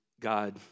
God